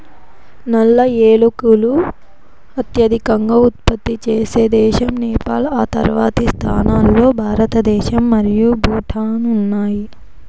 నల్ల ఏలకులు అత్యధికంగా ఉత్పత్తి చేసే దేశం నేపాల్, ఆ తర్వాతి స్థానాల్లో భారతదేశం మరియు భూటాన్ ఉన్నాయి